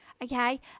Okay